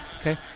Okay